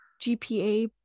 GPA